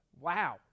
Wow